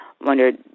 wondered